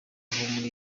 muri